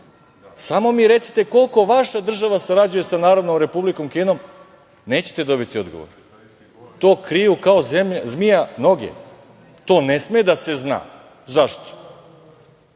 samo mi recite koliko vaša republika sarađuje sa Narodnom Republikom Kinom, nećete dobiti odgovor. To kriju kao zmija noge. To ne sme da se zna. Zašto?